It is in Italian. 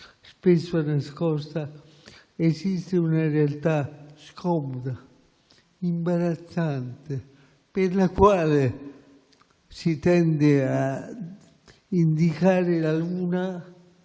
spesso nascosta, esiste una realtà scomoda e imbarazzante, per la quale si tende a indicare la luna,